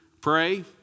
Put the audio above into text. pray